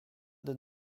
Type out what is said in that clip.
than